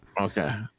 Okay